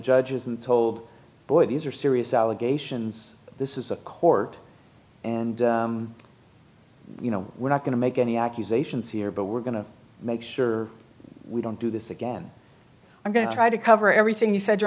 judges and told boy these are serious allegations this is a court and you know we're not going to make any accusations here but we're going to make sure we don't do this again i'm going to try to cover everything you said